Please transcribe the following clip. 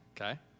okay